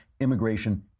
immigration